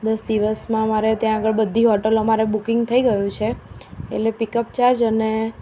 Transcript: દસ દિવસમાં મારે ત્યાં આગળ બધી હોટલ અમારે બુકિંગ થઈ ગયું છે એટલે પિક અપ ચાર્જ અને